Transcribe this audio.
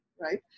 right